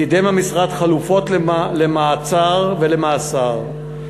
קידם המשרד חלופות למעצר ולמאסר.